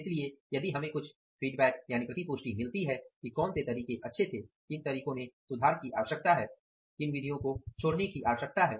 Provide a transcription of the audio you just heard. इसलिए यदि हमें कुछ फ़ीडबैक मिलती है कि कौन से तरीके अच्छे थे किन तरीकों में सुधार की आवश्यकता है किन विधियों को छोड़ने की आवश्यकता है